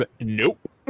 Nope